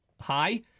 hi